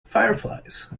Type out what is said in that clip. fireflies